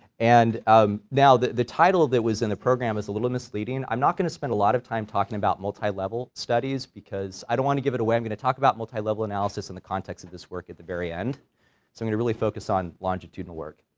and um now that, the title that was in the program is a little misleading i'm not going to spend a lot of time talking about multi-level studies because i don't want to give it away, i'm going to talk about multi-level analysis in the context of this work at the very end, so i'm going to really focus on longitudinal work,